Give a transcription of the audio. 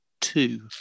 two